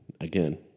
again